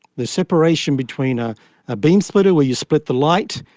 the separation between a ah beam splitter, where you split the light,